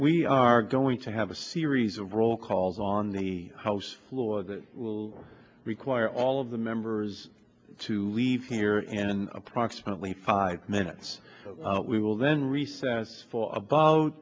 we are going to have a series of roll calls on the house floor that will require all of the members to leave here and in approximately five minutes we will then recess for about